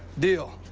deal.